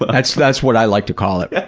but that's that's what i like to call it,